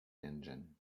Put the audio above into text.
engine